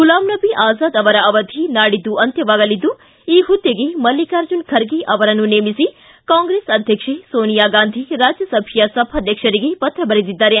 ಗುಲಾಂ ನಬಿ ಅಜಾದ್ ಅವರ ಅವಧಿ ನಾಡಿದ್ದು ಅಂತ್ಯವಾಗಲಿದ್ದು ಈ ಪುದ್ದೆಗೆ ಮಲ್ಲಿಕಾರ್ಜುನ ಖರ್ಗೆ ಅವರನ್ನು ನೇಮಿಸಿ ಕಾಂಗ್ರೆಸ್ ಅಧ್ವಕ್ಷೆ ಸೋನಿಯಾ ಗಾಂಧಿ ರಾಜ್ಯಸಭೆಯ ಸಭಾಧ್ಯಕ್ಷರಿಗೆ ಪತ್ರ ಬರೆದಿದ್ದಾರೆ